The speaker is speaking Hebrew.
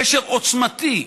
קשר עוצמתי.